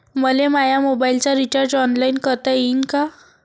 मले माया मोबाईलचा रिचार्ज ऑनलाईन करता येईन का?